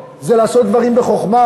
זה לעשות דברים בחוכמה,